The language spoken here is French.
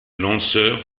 lanceurs